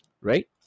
Right